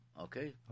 okay